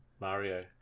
Mario